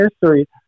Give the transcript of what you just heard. history